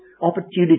opportunity